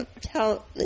tell